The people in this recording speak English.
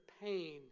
pain